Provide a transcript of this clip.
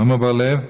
עמר בר-לב,